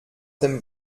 dem